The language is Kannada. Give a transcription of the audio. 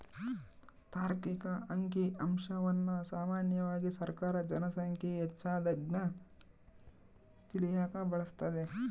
ತಾರ್ಕಿಕ ಅಂಕಿಅಂಶವನ್ನ ಸಾಮಾನ್ಯವಾಗಿ ಸರ್ಕಾರ ಜನ ಸಂಖ್ಯೆ ಹೆಚ್ಚಾಗದ್ನ ತಿಳಿಯಕ ಬಳಸ್ತದೆ